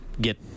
get